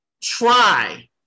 try